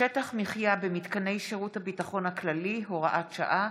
(שטח מחיה במתקני שירות הביטחון הכללי) (הוראת שעה),